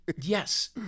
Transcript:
yes